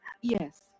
Yes